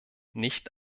nicht